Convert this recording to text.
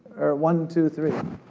or, one, two, three.